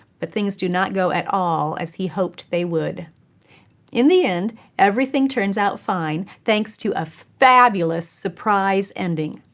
but things do not go at all as he hoped they would, but in the end everything turns out fine thanks to a fabulous surprise ending.